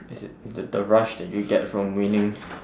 is it the the rush that you get from winning